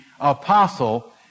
apostle